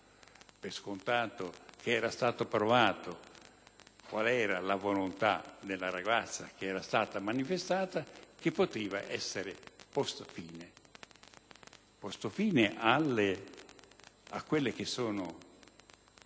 per scontato che fosse stato provato quale era la volontà della ragazza che era stata manifestata, che potesse essere posto fine a quelle che sono,